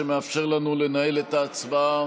שמאפשר לנו לנהל את ההצבעה